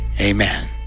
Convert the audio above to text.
Amen